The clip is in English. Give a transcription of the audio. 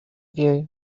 view